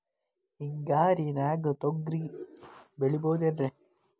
ಹಿಂಗಾರಿನ್ಯಾಗ ತೊಗ್ರಿ ಬೆಳಿಬೊದೇನ್ರೇ?